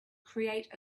create